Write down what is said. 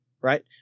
Right